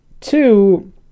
two